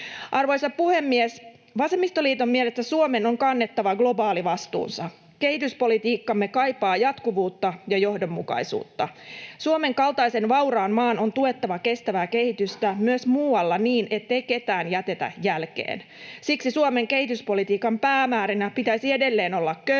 Arvoisa puhemies! Vasemmistoliiton mielestä Suomen on kannettava globaali vastuunsa. Kehityspolitiikkamme kaipaa jatkuvuutta ja johdonmukaisuutta. Suomen kaltaisen vauraan maan on tuettava kestävää kehitystä myös muualla niin, ettei ketään jätetä jälkeen. Siksi Suomen kehityspolitiikan päämäärinä pitäisi edelleen olla köyhyyden